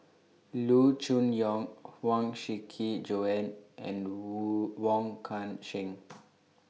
Loo Choon Yong Huang Shiqi Joan and Wong Kan Seng